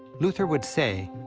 luther would say,